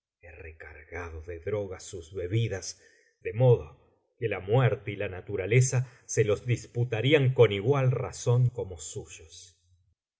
recargado de drogas sus bebidas de modo que la muerte y la naturaleza se los disputarían con igual razón como suyos